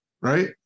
right